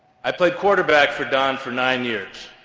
i played quarterback for don for nine years.